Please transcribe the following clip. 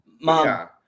Mom